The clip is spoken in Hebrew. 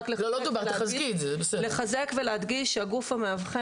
אבל אני רוצה לחזק ולהדגיש שהגוף המאבחן